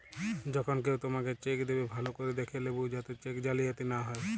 যখন কেও তোমাকে চেক দেবে, ভালো করে দেখে লেবু যাতে চেক জালিয়াতি না হয়